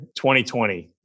2020